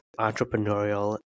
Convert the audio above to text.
entrepreneurial